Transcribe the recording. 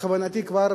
בכוונתי כבר